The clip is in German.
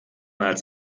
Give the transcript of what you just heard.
als